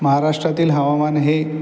महाराष्ट्रातील हवामान हे